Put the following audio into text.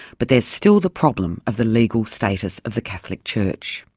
but there's still the problem of the legal status of the catholic church.